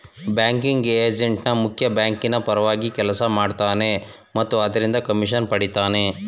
banking agent ಮುಖ್ಯ ಬ್ಯಾಂಕಿನ ಪರವಾಗಿ ಕೆಲಸ ಮಾಡ್ತನೆ ಮತ್ತು ಅದರಿಂದ ಕಮಿಷನ್ ಪಡಿತನೆ